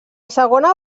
segona